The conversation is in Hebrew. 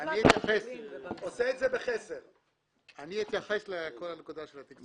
אני אתייחס לכל הנושא של התקציב.